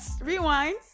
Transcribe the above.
Rewind